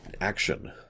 action